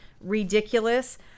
ridiculous